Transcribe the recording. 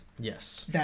Yes